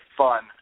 fun